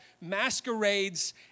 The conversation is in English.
masquerades